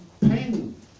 Pain